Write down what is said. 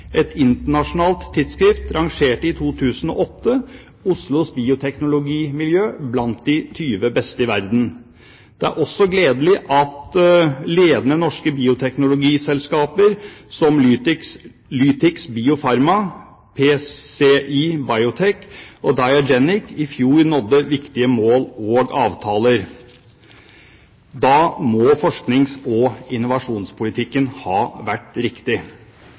Et internasjonalt tidsskrift rangerte i 2008 Oslos bioteknologimiljø blant de 20 beste i verden. Det er også gledelig at ledende norske bioteknologiselskaper, som Lytix Biopharma, PCI Biotech og DiaGenic i fjor nådde viktige mål og avtaler. Da må forsknings- og innovasjonspolitikken ha vært riktig.